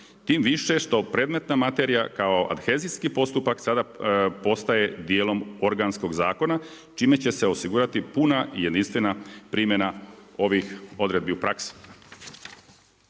tim više što predmetna materija kao adhezijski postupak sada postaje dijelom organskog zakona čime će se osigurati puna jedinstvena primjena ovih odredbi u praksi.